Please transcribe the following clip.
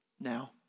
Now